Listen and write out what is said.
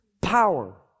power